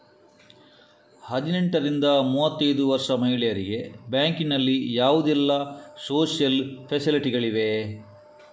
ಹದಿನೆಂಟರಿಂದ ಮೂವತ್ತೈದು ವರ್ಷ ಮಹಿಳೆಯರಿಗೆ ಬ್ಯಾಂಕಿನಲ್ಲಿ ಯಾವುದೆಲ್ಲ ಸೋಶಿಯಲ್ ಫೆಸಿಲಿಟಿ ಗಳಿವೆ?